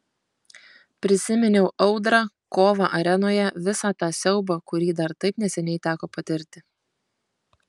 prisiminiau audrą kovą arenoje visą tą siaubą kurį dar taip neseniai teko patirti